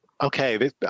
okay